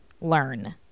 learn